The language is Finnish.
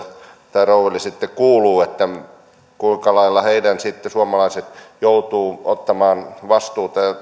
tai rouville sitten kuuluu ja kuinka suomalaiset sitten joutuvat ottamaan vastuuta